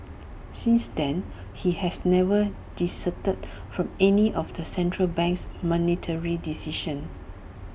since then he has never dissented from any of the central bank's monetary decisions